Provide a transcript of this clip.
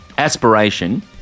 Aspiration